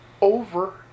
Over